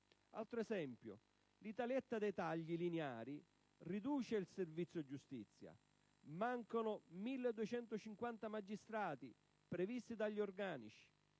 altro esempio: l'Italietta dei tagli lineari riduce il servizio giustizia, tanto che mancano 1.250 magistrati previsti dagli organici.